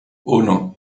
uno